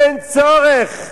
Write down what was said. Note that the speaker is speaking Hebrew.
אין צורך.